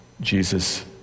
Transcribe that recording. Jesus